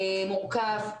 מורכב.